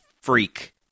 freak